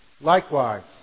Likewise